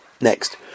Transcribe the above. Next